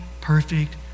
perfect